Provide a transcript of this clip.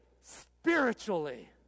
spiritually